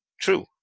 true